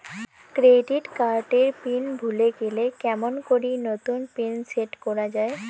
Credit card এর PIN ভুলে গেলে কেমন করি নতুন পিন সেট করা য়ায়?